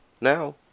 Now